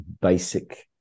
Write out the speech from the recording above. basic